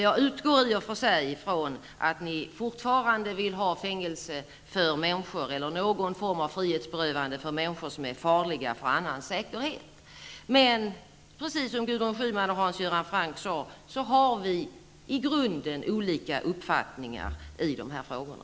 Jag utgår i och för sig från att ni fortfarande vill ha fängelse eller någon form av frihetsberövande för människor som är farliga för annans säkerhet. Men, precis som Gudrun Schyman och Hans Göran Franck sade, har vi i grunden olika uppfattning i de här frågorna.